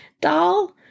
doll